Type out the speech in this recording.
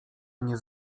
mnie